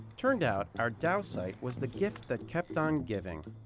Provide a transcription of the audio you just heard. turned out our dow site was the gift that kept on giving.